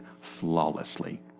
flawlessly